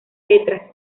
letras